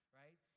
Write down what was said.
right